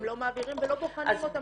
הם לא מעבירים ולא בוחנים אותם כמו שצריך.